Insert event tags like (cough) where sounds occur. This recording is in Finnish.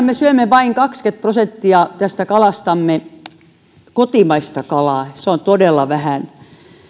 (unintelligible) me syömme tosiaan vain kaksikymmentä prosenttia kalastamme kotimaista kalaa se on todella vähän